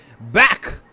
back